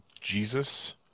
Jesus